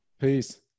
Peace